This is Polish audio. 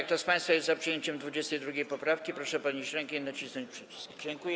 Kto z państwa jest za przyjęciem 22. poprawki, proszę podnieść rękę i nacisnąć przycisk.